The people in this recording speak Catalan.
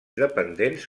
dependents